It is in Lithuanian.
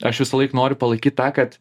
aš visąlaik noriu palaikyt tą kad